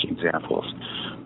examples